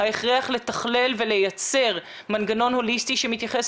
ההכרח לתכלל ולייצר מנגנון הוליסטי שמתייחס